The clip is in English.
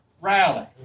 rally